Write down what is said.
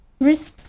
risks